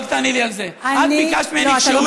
רק תעני לי על זה: את ביקשת ממני כשהוא